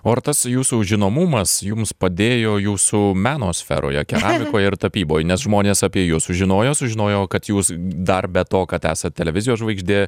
o ar tas jūsų žinomumas jums padėjo jūsų meno sferoje keramikoj ir tapyboj nes žmonės apie jus sužinojo sužinojo kad jūs dar be to kad esat televizijos žvaigždė